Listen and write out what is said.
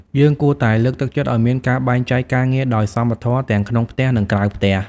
យើងគួរតែលើកទឹកចិត្តឲ្យមានការបែងចែកការងារដោយសមធម៌ទាំងក្នុងផ្ទះ និងក្រៅផ្ទះ។